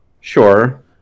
sure